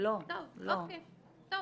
-- אם